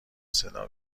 صدا